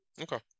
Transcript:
Okay